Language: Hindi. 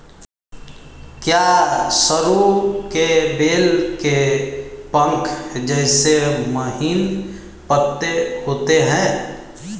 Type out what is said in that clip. क्या सरु के बेल के पंख जैसे महीन पत्ते होते हैं?